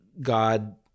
God